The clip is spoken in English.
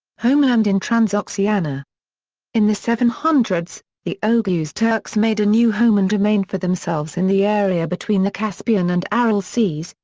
homeland in transoxiana in the seven hundred s, so the oghuz turks made a new home and domain for themselves in the area between the caspian and aral seas,